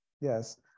yes